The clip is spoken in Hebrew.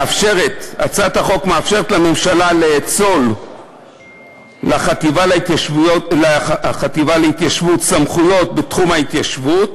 הצעת החוק מאפשרת לממשלה לאצול לחטיבה להתיישבות סמכויות בתחום ההתיישבות